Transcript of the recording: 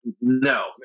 No